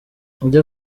ujya